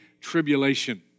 Tribulation